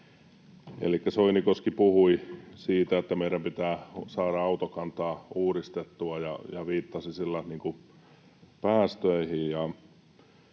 Soinikoski puhui siitä, että meidän pitää saada autokantaa uudistettua ja viittasi sillä päästöihin,